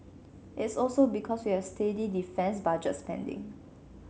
it's also because we have steady defence budget spending